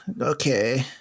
Okay